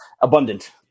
abundant